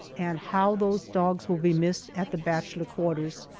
and how those dogs will be missed at the bachelor quarters!